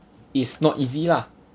is not easy lah